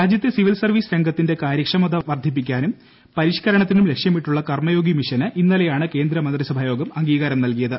രാജ്യത്തെ civil service രംഗത്തിന്റെ കാര്യക്ഷമത വർധിപ്പിക്കാനും പരിഷ്ക്കരണത്തിനും ലക്ഷ്യമിട്ടുള്ള കർമയോഗി മിഷന് ഇന്നലെയാണ് കേന്ദ്ര മന്ത്രിസഭായോഗം അംഗീകാരം നൽകിയത്